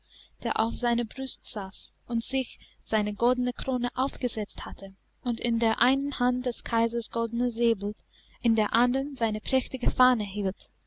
der auf seiner brust saß und sich seine goldene krone aufgesetzt hatte und in der einen hand des kaisers goldenen säbel in der andern seine prächtige fahne hielt